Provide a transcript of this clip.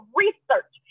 research